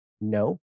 No